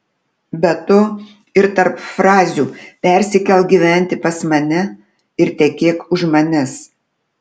be to ir tarp frazių persikelk gyventi pas mane ir tekėk už manęs